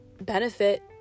benefit